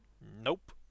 Nope